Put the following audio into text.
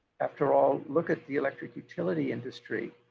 after all, look at the electric utility industry.